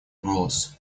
голос